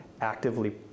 actively